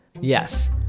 Yes